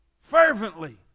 Fervently